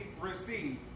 received